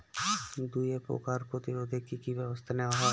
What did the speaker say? দুয়ে পোকার প্রতিরোধে কি কি ব্যাবস্থা নেওয়া হয়?